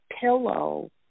pillow